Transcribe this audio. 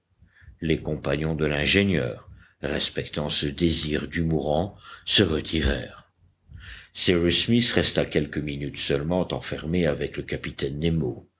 les compagnons de l'ingénieur respectant ce désir du mourant se retirèrent cyrus smith resta quelques minutes seulement enfermé avec le capitaine nemo